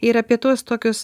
ir apie tuos tokius